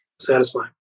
satisfying